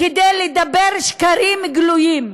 כדי לדבר שקרים גלויים.